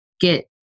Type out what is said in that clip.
get